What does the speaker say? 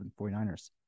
49ers